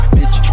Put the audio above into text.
Bitch